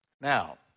Now